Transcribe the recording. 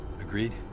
Agreed